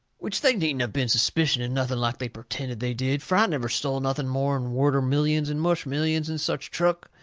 which they needn't of been suspicioning nothing like they pertended they did, fur i never stole nothing more'n worter millions and mush millions and such truck,